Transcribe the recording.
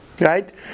Right